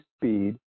speed